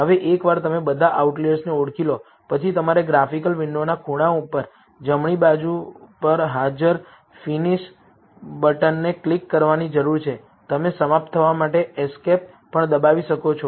હવે એકવાર તમે બધા આઉટલિઅર્સને ઓળખી લો પછી તમારે ગ્રાફિકલ વિન્ડોના ખૂણા ઉપર જમણી બાજુ પર હાજર ફિનિશિ બટનને ક્લિક કરવાની જરૂર છે તમે સમાપ્ત થવા માટે એસ્કેપ પણ દબાવી શકો છો